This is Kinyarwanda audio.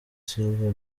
silver